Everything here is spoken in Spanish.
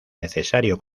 necesario